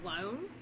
alone